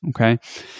Okay